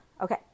Okay